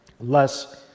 less